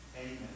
amen